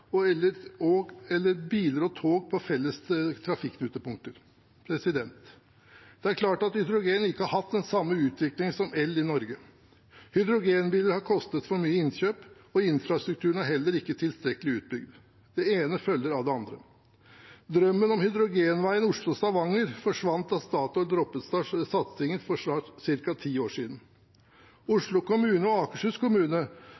biler og tog på felles trafikknutepunkter. Det er klart at hydrogen ikke har hatt den samme utviklingen som el i Norge. Hydrogenbiler har kostet for mye i innkjøp, og infrastrukturen er heller ikke tilstrekkelig utbygd. Det ene følger av det andre. Drømmen om hydrogenveien Oslo–Stavanger forsvant da Statoil droppet satsingen for ca. ti år siden. Oslo kommune